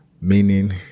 meaning